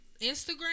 Instagram